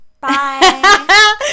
bye